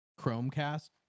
chromecast